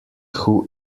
who